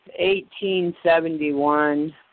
1871